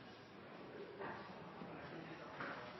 Mens vi satt